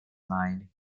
mind